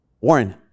Warren